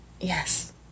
Yes